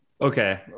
Okay